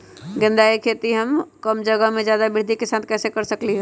गेंदा के खेती हम कम जगह में ज्यादा वृद्धि के साथ कैसे कर सकली ह?